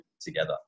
together